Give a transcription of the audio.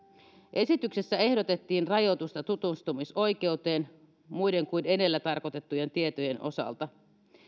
esityksessä ehdotettiin rajoitusta tutustumisoikeuteen muiden kuin edellä tarkoitettujen tietojen osalta